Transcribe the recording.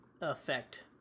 effect